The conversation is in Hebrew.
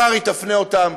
ומחר היא תפנה אותם